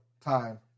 Time